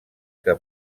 que